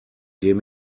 dem